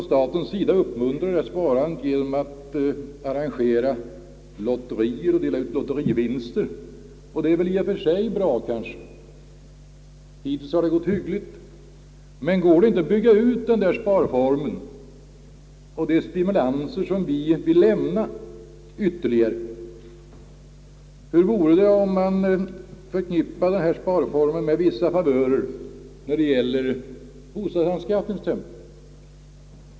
Staten uppmuntrar detta sparande genom att arrangera lotterier och dela ut lotterivinster, och det är i och för sig bra. Det har hittills gått hyggligt. Men går det inte att ytterligare bygga ut denna sparform och de stimulanser som vi vill lämna? Hur vore det om man förknippade sparformen med vissa favörer när det gäller bostadsanskaffning t.ex.?